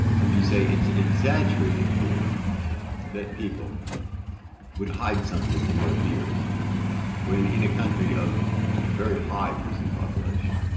would you say it's an exaggerated fear that people would hide something in their beards when, in a country of a very high prison population,